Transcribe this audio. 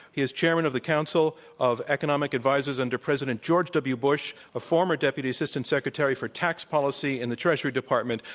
he was chairman of the council of economic advisers under president george w. bush, a former deputy assistant secretary for tax policy in the treasury department,